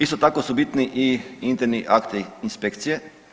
Isto tako su bitni i interni akti inspekcije.